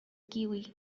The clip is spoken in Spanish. kiwi